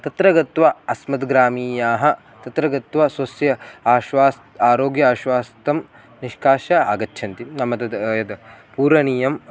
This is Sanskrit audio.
तत्र गत्वा अस्मद्ग्रामीयाः तत्र गत्वा स्वस्य आश्वास् आरोग्य आश्वास्तं निष्कास्य आगच्छन्ति नाम तद् यद् पूरणीयं